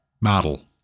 model